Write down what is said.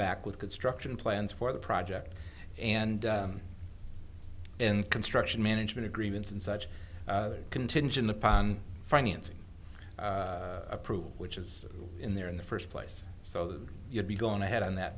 back with construction plans for the project and in construction management agreements and such contingent upon financing approval which is in there in the first place so you'd be going ahead on that